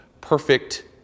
perfect